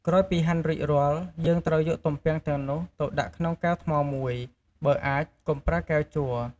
ក្រោយពីហាន់រួចរាល់ យើងត្រូវយកទំពាំងទាំងនោះទៅដាក់ក្នុងកែវថ្មមួយ បើអាច កុំប្រើកែវជ័រ។